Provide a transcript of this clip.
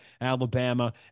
Alabama